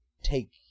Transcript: take